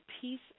peace